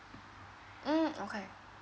mm okay